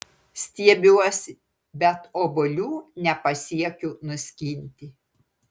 stiebiuos bet obuolių nepasiekiu nuskinti